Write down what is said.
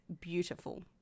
beautiful